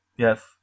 Yes